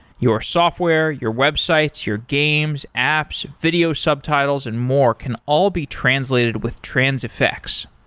your software, your websites, your games, apps, video subtitles and more can all be translated with transifex.